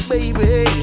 Baby